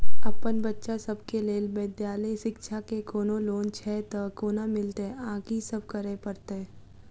अप्पन बच्चा सब केँ लैल विधालय शिक्षा केँ कोनों लोन छैय तऽ कोना मिलतय आ की सब करै पड़तय